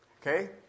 Okay